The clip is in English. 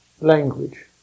language